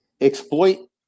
Exploit